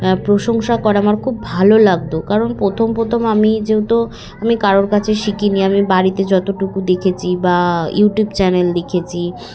প্রশংসা করে আমার খুব ভালো লাগতো কারণ প্রথম প্রথম আমি যেহেতু আমি কারোর কাছে শিখিনি আমি বাড়িতে যতটুকু দেখেছি বা ইউটিউব চ্যানেল দেখেছি